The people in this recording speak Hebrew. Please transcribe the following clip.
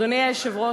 אדוני היושב-ראש,